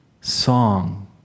song